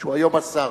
שהוא היום השר.